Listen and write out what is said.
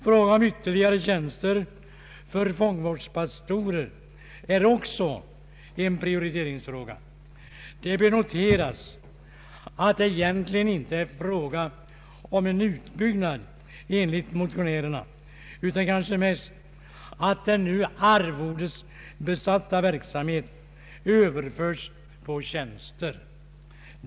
Frågan om ytterligare tjänster för fångvårdspastorer är också en prioriteringsfråga. Det bör noteras att det egentligen inte är fråga om en utbyggnad enligt motionärerna utan kanske mest att den nu arvodesbesatta verksamheten överförs till tjänster.